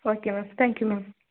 okay ma'am thank you ma'am